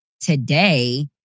today